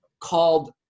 called